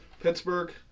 Pittsburgh